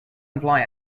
imply